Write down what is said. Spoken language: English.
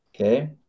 Okay